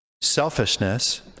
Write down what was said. Selfishness